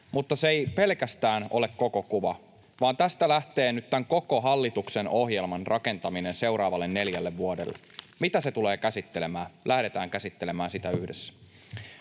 mutta pelkästään se ei ole koko kuva, vaan tästä lähtee nyt tämän koko hallituksen ohjelman rakentaminen seuraavalle neljälle vuodelle. Mitä se tulee käsittelemään? Lähdetään käsittelemään sitä yhdessä.